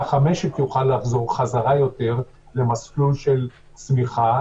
כך המשק יוכל לחזור חזרה למסלול של צמיחה,